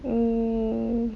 mm